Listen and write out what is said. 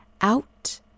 Out